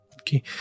okay